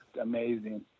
amazing